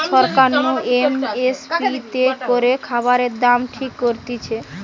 সরকার নু M S P তে করে খাবারের দাম ঠিক করতিছে